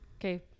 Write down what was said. Okay